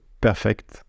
perfect